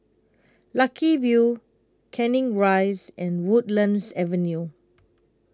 Lucky View Canning Rise and Woodlands Avenue